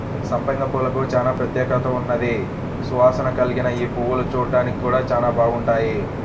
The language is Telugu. సంపెంగ పూలకు చానా ప్రత్యేకత ఉన్నది, సువాసన కల్గిన యీ పువ్వులు చూడ్డానికి గూడా చానా బాగుంటాయి